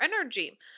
energy